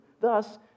thus